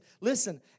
Listen